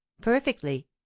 Perfectly